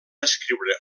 escriure